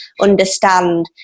understand